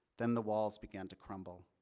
than the walls began to crumble,